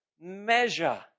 measure